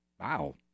Wow